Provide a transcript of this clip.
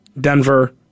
Denver